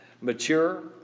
mature